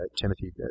Timothy